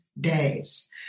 days